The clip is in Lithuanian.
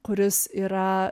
kuris yra